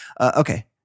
Okay